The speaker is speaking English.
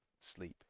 sleep